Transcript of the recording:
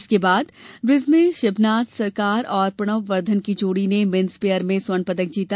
इसके बाद ब्रिज में शिबनाथ सरकार और प्रणब बर्धन की जोड़ी ने मेन्स पेयर में स्वर्ण पदक जीता